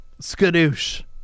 skadoosh